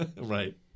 Right